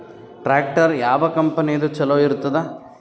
Tractor ಯಾವ ಕಂಪನಿದು ಚಲೋ ಇರತದ?